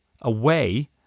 away